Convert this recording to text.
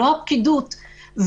לא הפקידות,